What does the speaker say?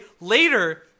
later